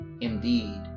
indeed